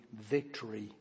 victory